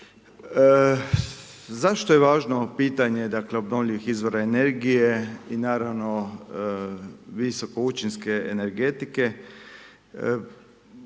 Zašto je važno ovo pitanje, dakle obnovljivih izvora energije i naravno visokoučinske energetike?